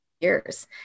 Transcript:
years